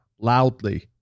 loudly